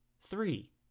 three